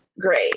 Great